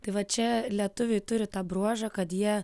tai vat čia lietuviai turi tą bruožą kad jie